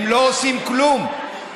הם לא עושים כלום.